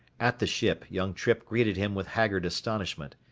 at the ship young trippe greeted him with haggard astonishment.